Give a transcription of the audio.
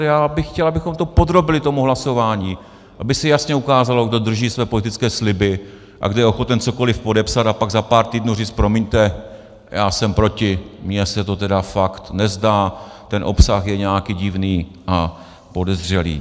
Já bych chtěl, abychom to podrobili hlasování, aby se jasně ukázalo, kdo drží své politické sliby a kdo je ochoten cokoliv podepsat a pak za pár týdnů říct promiňte, já jsem proti, mně se to tedy fakt nezdá, ten obsah je nějaký divný a podezřelý.